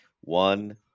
One